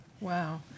Wow